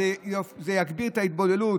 זה יגביר את ההתבוללות.